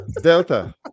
Delta